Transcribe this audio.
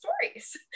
stories